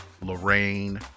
Lorraine